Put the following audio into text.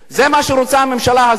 זה מה שרוצה הממשלה הזאת?